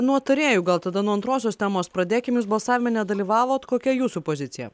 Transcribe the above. nuo tarėjų gal tada nuo antrosios temos pradėkim jūs balsavime nedalyvavot kokia jūsų pozicija